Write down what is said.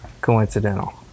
coincidental